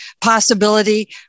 possibility